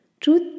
Truth